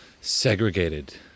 segregated